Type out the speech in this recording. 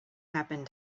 happened